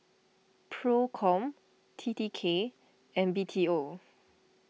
Procom T T K and B T O